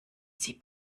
sie